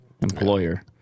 employer